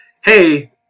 hey